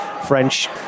French